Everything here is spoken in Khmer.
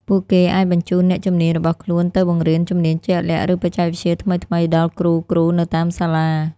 ពួកគេអាចបញ្ជូនអ្នកជំនាញរបស់ខ្លួនទៅបង្រៀនជំនាញជាក់លាក់ ឬបច្ចេកវិទ្យាថ្មីៗដល់គ្រូៗនៅតាមសាលា។